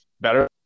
better